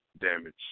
Damage